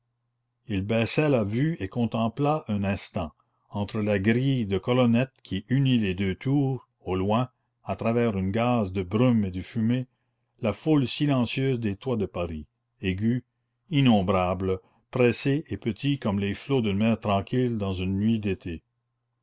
il baissa la vue et contempla un instant entre la grille de colonnettes qui unit les deux tours au loin à travers une gaze de brumes et de fumées la foule silencieuse des toits de paris aigus innombrables pressés et petits comme les flots d'une mer tranquille dans une nuit d'été